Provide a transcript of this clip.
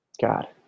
God